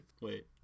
wait